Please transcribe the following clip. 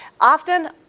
often